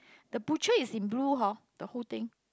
the blue tray is in blue hor the whole thing